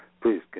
Please